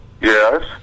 Yes